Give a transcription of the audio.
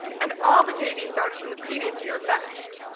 and all the jv starters from the previous year benched.